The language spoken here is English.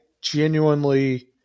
genuinely